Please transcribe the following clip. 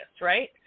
right